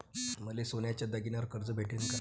मले सोन्याच्या दागिन्यावर कर्ज भेटन का?